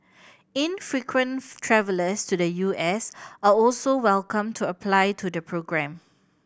infrequent travellers to the U S are also welcome to apply to the programme